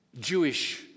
Jewish